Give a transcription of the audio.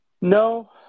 No